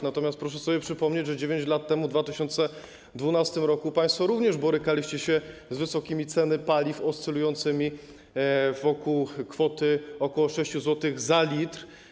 Natomiast proszę sobie przypomnieć, że 9 lat temu, w 2012 r. państwo również borykaliście się z wysokimi cenami paliw, oscylującymi wokół kwoty ok. 6 zł za 1 l.